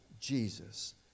Jesus